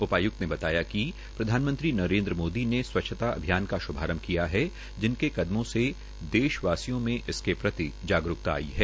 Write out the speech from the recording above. उपायुक्त ने बताया कि प्रधानमंत्री नरेन्द्र मोदी ने स्वच्छता अभियान का श्रभारंभ किया है जिनके कदमों से देशवासियों में इसके प्रति जागरूकता आई है